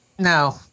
No